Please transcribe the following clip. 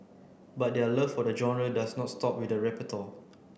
but their love for the genre does not stop with the repertoire